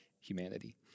humanity